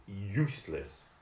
useless